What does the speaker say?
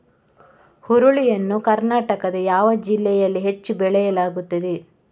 ಹುರುಳಿ ಯನ್ನು ಕರ್ನಾಟಕದ ಯಾವ ಜಿಲ್ಲೆಯಲ್ಲಿ ಹೆಚ್ಚು ಬೆಳೆಯಲಾಗುತ್ತದೆ?